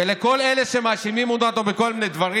ולכל אלה שמאשימים בכל מיני דברים,